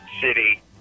city